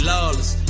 Lawless